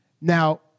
Now